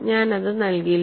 ഞാൻ അത് നൽകില്ല